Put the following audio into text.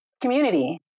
community